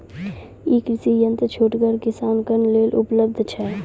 ई कृषि यंत्र छोटगर किसानक लेल उपलव्ध छै?